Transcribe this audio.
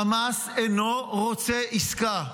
חמאס אינו רוצה עסקה,